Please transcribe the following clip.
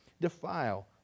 defile